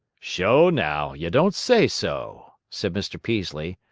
sho now, ye don't say so, said mr. peaslee.